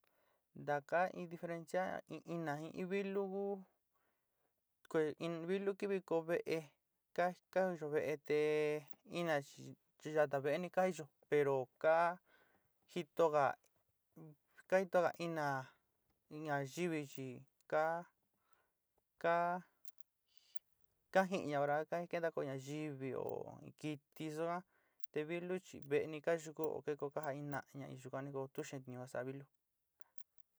Taka in diferencia in ina jin in vilú ku ko in nilú a kivikoy ve'é ka ka iyó ve'é te ina chi yata ve'é ni ka iyó, pero ka jitoga ka jitoga ina ñayivi chi ka ka ka ji'íña hora ka kentakoy ñayivi oó kiti suan te vilu chi ve'éni kasukuó keé ko ja ina ñaa in yuka ni kó tu xeen nu sa'á vilu.